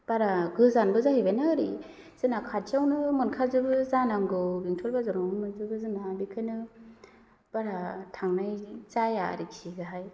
बारा गोजानबो जाहैबायना ओरै जोंना खाथियावनो मोनखाजोबो जा नांगौ बेंटल बाजारावनो मोनजोबो जोंना बेखायनो बारा थांनाय जाया आरोखि बेहाय